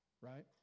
Right